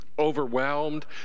overwhelmed